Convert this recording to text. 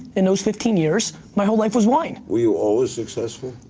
in those fifteen years, my whole life was wine. were you always successful?